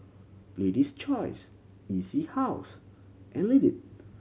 Lady's Choice E C House and Lindt